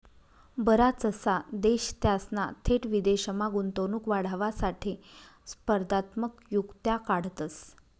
बराचसा देश त्यासना थेट विदेशमा गुंतवणूक वाढावासाठे स्पर्धात्मक युक्त्या काढतंस